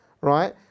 right